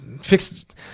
Fixed